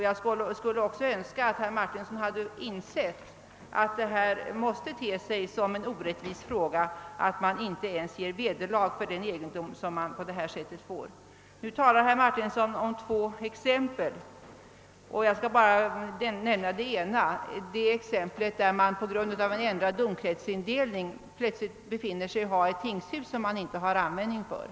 Jag skulle också ha önskat att herr Martinsson insett att det måste te sig som en orättvisa att man inte ens ger vederlag för den egendom som man på detta sätt får. Herr Martinsson anförde två exempel — jag skall bara ta upp det ena som avsåg att man på grund av en ändrad domkretsindelning plötsligt finner sig ha ett tingshus som man inte har användning för.